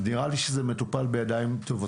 אז נראה לי שזה מטופל בידיים טובות.